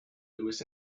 lewis